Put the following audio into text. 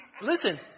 Listen